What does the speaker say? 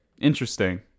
Interesting